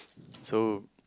so